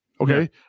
okay